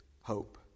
hope